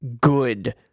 good